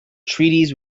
treaties